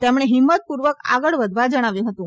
તેમણે હિંમતપુર્વક આગળ વધવા જણાવ્યું હતું